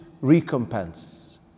recompense